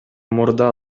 мурда